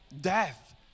death